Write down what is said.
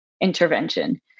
intervention